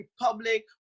Republic